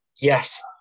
Yes